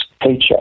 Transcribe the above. paycheck